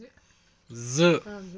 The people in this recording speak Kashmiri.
زٕ